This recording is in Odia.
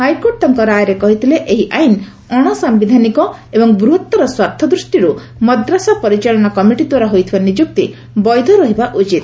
ହାଇକୋର୍ଟ ତାଙ୍କ ରାୟରେ କହିଥିଲେ ଏହି ଆଇନ ଅଣସାୟିଧାନିକ ଏବଂ ବୃହତ୍ତର ସ୍ୱାର୍ଥ ଦୃଷ୍ଟିରୁ ମଦ୍ରାସା ପରିଚାଳନା କମିଟିଦ୍ୱାରା ହୋଇଥିବା ନିଯୁକ୍ତି ବୈଧ ରହିବା ଉଚିତ